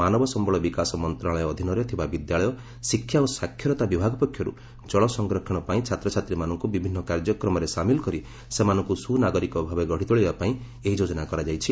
ମାନବ ସମ୍ଭଳ ବିକାଶ ମନ୍ତ୍ରଣାଳୟ ଅଧୀନରେ ଥିବା ବିଦ୍ୟାଳୟ ଶିକ୍ଷା ଓ ସାକ୍ଷରତା ବିଭାଗ ପକ୍ଷରୁ ଜଳ ସଂରକ୍ଷଣ ପାଇଁ ଛାତ୍ରଛାତ୍ରମାନଙ୍କୁ ବିଭିନ୍ନ କାର୍ଯ୍ୟକ୍ରମରେ ସାମିଲ କରି ସେମାନଙ୍କୁ ସୁନାଗରିକ ଗଡିତୋଳିବା ପାଇଁ ଏହି ଯୋଜନା କରିଛନ୍ତି